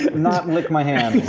not lick my hands?